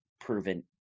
proven